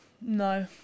no